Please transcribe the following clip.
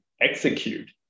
execute